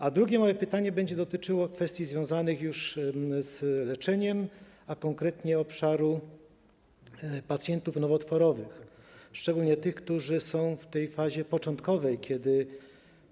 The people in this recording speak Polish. A drugie moje pytanie będzie dotyczyło kwestii związanych już z leczeniem, a konkretnie obszaru pacjentów nowotworowych, szczególnie tych, którzy są w tej początkowej fazie choroby.